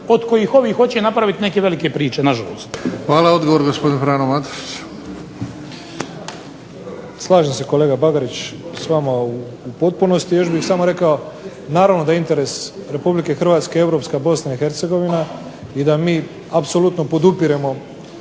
od kojih ovih hoće napraviti neke velike priče, nažalost. **Bebić, Luka (HDZ)** Hvala. Odgovor gospodin Frane Matušić. Izvolite. **Matušić, Frano (HDZ)** Slažem se kolega Bagarić s vama u potpunosti. Još bih samo rekao naravno da je interes Republike Hrvatske europska Bosna i Hercegovina i da mi apsolutno podupiremo